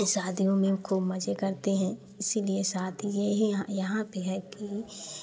शादियों में खूब मज़े करते हैं इसीलिए शादी यही हाँ यहाँ पर है कि